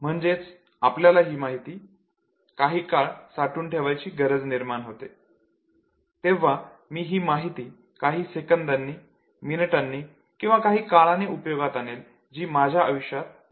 म्हणजेच आपल्याला हि माहिती काही काळ साठवून ठेवण्याची गरज निर्माण होते तेव्हा मी हि माहिती काही सेकंदानी मिनिटांनी किंवा काही काळाने उपयोगात आणेल जी माझ्या आयुष्यात महत्वाची ठरेल